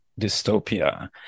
Dystopia